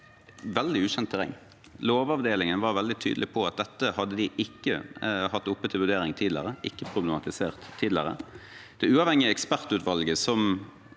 veldig ukjent terreng. Lovavdelingen var veldig tydelig på at de ikke hadde hatt dette oppe til vurdering eller problematisert det tidligere. Det uavhengige ekspertutvalget